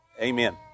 Amen